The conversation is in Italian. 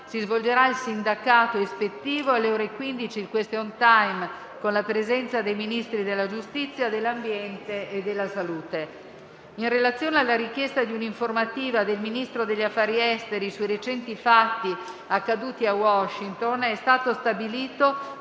si svolgerà il sindacato ispettivo e, alle ore 15, il *question time*, con la presenza dei Ministri della giustizia, dell'ambiente e della salute. In relazione alla richiesta di una informativa del Ministro degli affari esteri sui recenti fatti accaduti a Washington, è stato stabilito